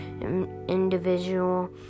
individual